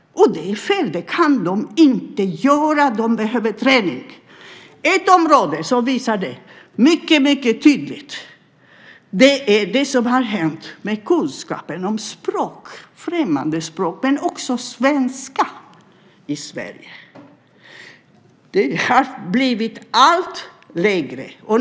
Det är fel. De kan inte göra det. De behöver träning. Något som mycket tydligt visar detta är det som har hänt med kunskapen i språk - främmande språk, men också svenska - i Sverige. Den har blivit allt lägre.